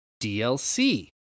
DLC